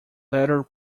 latter